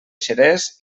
xerès